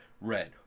red